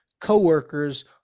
coworkers